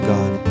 God